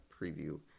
preview